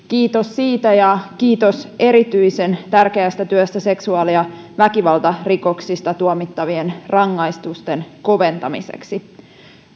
kiitos siitä ja kiitos erityisen tärkeästä työstä seksuaali ja väkivaltarikoksista tuomittavien rangaistusten koventamiseksi